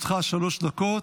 לרשותך שלוש דקות.